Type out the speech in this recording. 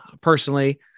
personally